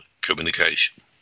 communication